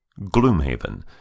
Gloomhaven